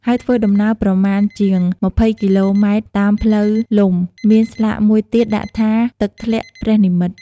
ហើយធ្វើដំណើរប្រមាណ ជាង២០គីឡូម៉ែត្រតាមផ្លូវលំ មានស្លាកមួយទៀតដាក់ថា “ទឹកធ្លាក់ព្រះនិមិត្ត”។